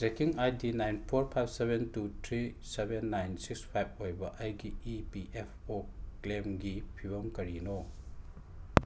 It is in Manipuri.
trekking I D nine four five seven two three seven nine six five ꯑꯣꯏꯕ ꯑꯩꯒꯤ ꯏ ꯄꯤ ꯑꯦꯐ ꯑꯣ ꯀ꯭ꯂꯦꯝꯒꯤ ꯐꯤꯚꯝ ꯀꯔꯤꯅꯣ